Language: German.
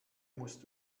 musst